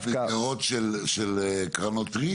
הוא אמור לשמש לפעילות שיש בה כשל שוק מובהק,